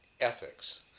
ethics